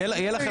יהיו לכם